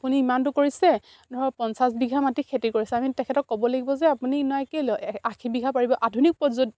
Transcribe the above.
আপুনি ইমানটো কৰিছে ধৰক পঞ্চাছ বিঘা মাটি খেতি কৰিছে আমি তেখেতক ক'ব লাগিব যে আপুনি নাই কেইলে আশী বিঘা পাৰিব আধুনিক